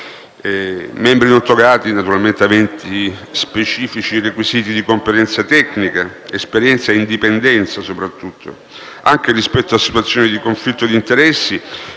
membri non togati, naturalmente aventi specifici requisiti di competenza tecnica, di esperienza e, soprattutto, di indipendenza, anche rispetto a situazioni di conflitto di interessi,